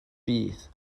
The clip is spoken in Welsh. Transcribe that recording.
bydd